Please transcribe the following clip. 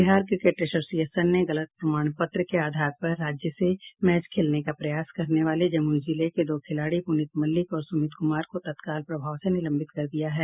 Bihar cricket association ने गलत प्रमाण पत्र के आधार पर राज्य से मैच खेलने का प्रयास करने वाले जमुई जिले के दो खिलाड़ी पुनीत मल्लिक और सुमित कुमार को तत्काल प्रभाव से निलंबित कर दिया है